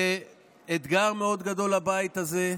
זה אתגר מאוד גדול לבית הזה.